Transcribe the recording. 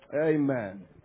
Amen